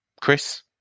chris